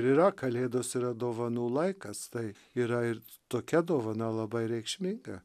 yra kalėdos yra dovanų laikas tai yra ir tokia dovana labai reikšminga